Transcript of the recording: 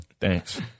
Thanks